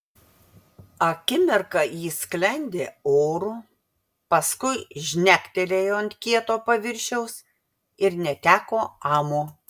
akimirką ji sklendė oru paskui žnektelėjo ant kieto paviršiaus ir neteko amo